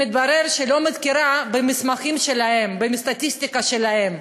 שמתברר שהיא לא מכירה במסמכים שלהם ובסטטיסטיקה שלהם.